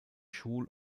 schul